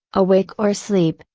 awake or asleep,